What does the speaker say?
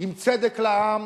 עם צדק לעם,